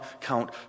count